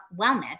wellness